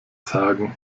sagen